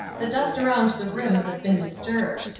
the dust around the rim has been disturbed.